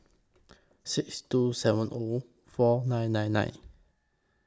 six two seven O four nine nine nine